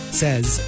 says